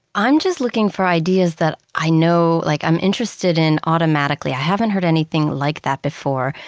i'm just looking for ideas that i know like i'm interested in automatically. i haven't heard anything like that before,